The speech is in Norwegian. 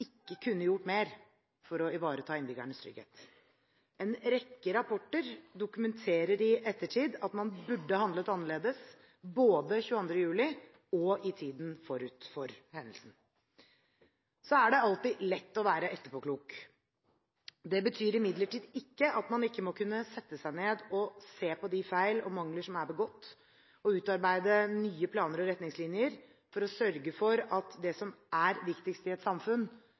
ikke kunne gjort mer for å ivareta innbyggernes trygghet. En rekke rapporter dokumenterer i ettertid at man burde handlet annerledes, både den 22. juli og i tiden forut for hendelsen. Så er det alltid lett å være etterpåklok. Det betyr imidlertid ikke at man ikke skal kunne sette seg ned og se på de feil og mangler som er begått, og utarbeide nye planer og retningslinjer for å sørge for at det som er viktigst i et samfunn,